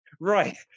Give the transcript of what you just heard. right